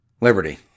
Liberty